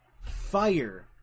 fire